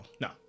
no